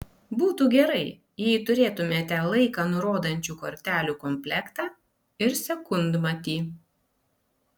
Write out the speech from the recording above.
būtų gerai jei turėtumėte laiką nurodančių kortelių komplektą ir sekundmatį